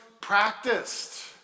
practiced